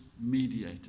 mediator